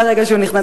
מהרגע שהוא נכנס,